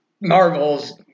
Marvel's